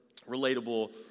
relatable